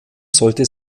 sollte